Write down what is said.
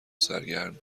سرگرم